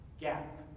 gap